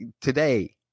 today